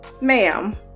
ma'am